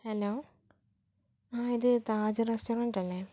hello ആ ഇത് താജ് റസ്റ്റോറൻ്റല്ലേ